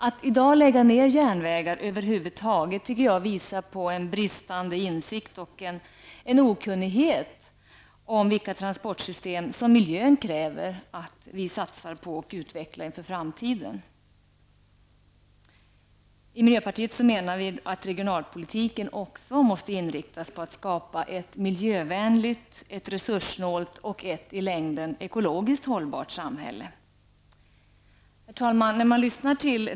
Att i dag lägga ner järnvägar visar på en bristande insikt och en okunnighet om vilka transportsystem som det för miljöns skull krävs att vi satsar på och utvecklar inför framtiden. Vi i miljöpartiet menar att regionalpolitiken också måste inriktas på att skapa ett miljövänligt, resurssnålt och ett i längden ekologiskt hållbart samhälle. Herr talman!